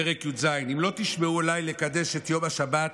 פרק י"ז: "אם לא תשמעו אלי לקדש את יום השבת